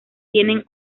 tienen